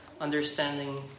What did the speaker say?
Understanding